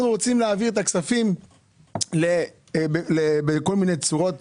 אנחנו רוצים להעביר את הכספים בכל מיני צורות